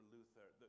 Luther